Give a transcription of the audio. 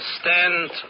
stand